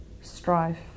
strife